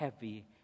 heavy